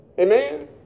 Amen